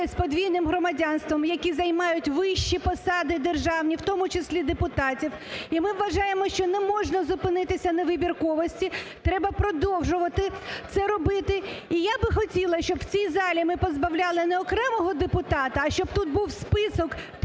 з подвійним громадянством, які займають вищі посади державні, в тому числі депутатів. І ми вважаємо, що не можна зупинитися на вибірковості, треба продовжувати це робити. І я би хотіла, щоб в цій залі ми позбавляли не окремого депутата, а щоб тут був список тих